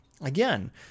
again